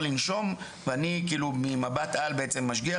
איפה הם ממוקמים?